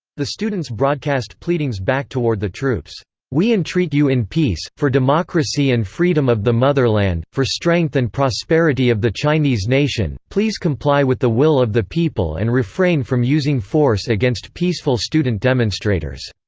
the students broadcast pleadings back toward the troops we entreat you in peace, for democracy and freedom of the motherland, for strength and prosperity of the chinese nation, please please comply with the will of the people and refrain from using force against peaceful student demonstrators.